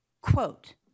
quote